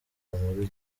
muri